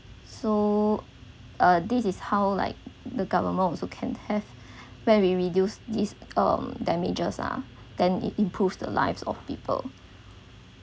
so uh this is how like the government also can have where we reduce this um damages are then it improve the lives of people